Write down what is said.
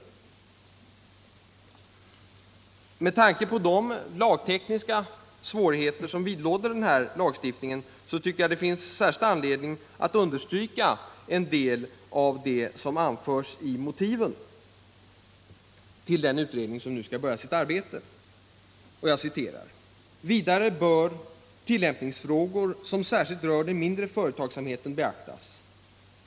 Med tanke på de lagtekniska svårigheter som vidlåder den här lagstiftningen tycker jag att det finns särskild anledning att understryka en del av det som anförs i direktiven till den utredning som nu skall börja sitt arbete: ”Vidare bör tillämpningsfrågor som särskilt rör den mindre företagsamheten beaktas.